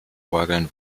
orgeln